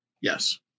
yes